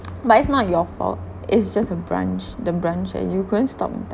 but it's not your fault it's just a branch the branch and you couldn't stop down